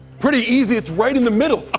pretty easy? it's right in the middle.